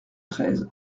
treize